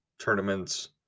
Tournaments